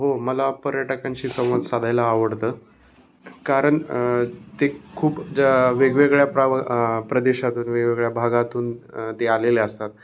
हो मला पर्यटकांशी संवाद साधायला आवडतं कारण ते खूप ज्या वेगवेगळ्या प्रा प्रदेशातून वेगवेगळ्या भागातून ते आलेले असतात